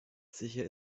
sicher